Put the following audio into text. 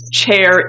chair